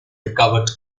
recovered